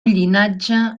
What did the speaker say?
llinatge